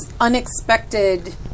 unexpected